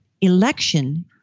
election